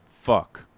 fuck